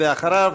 ואחריו,